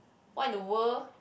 why in the world